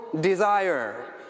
desire